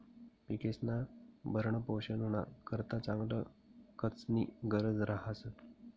पिकेस्ना भरणपोषणना करता चांगला खतस्नी गरज रहास